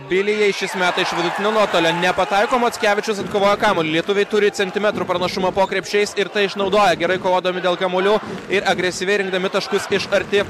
bilijei šis meta iš vidutinio nuotolio nepataiko mockevičius atkovojo kamuolį lietuviai turi centimetrų pranašumą po krepšiais ir tai išnaudoja gerai kovodami dėl kamuolių ir agresyviai rinkdami taškus iš arti